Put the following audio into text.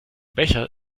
becher